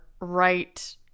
right